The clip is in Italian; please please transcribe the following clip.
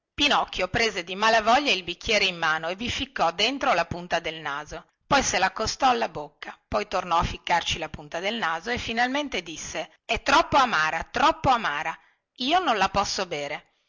pinocchio prese di mala voglia il bicchiere in mano e vi ficcò dentro la punta del naso poi se laccostò alla bocca poi tornò a ficcarci la punta del naso finalmente disse è troppo amara troppo amara io non la posso bere